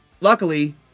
luckily